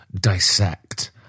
dissect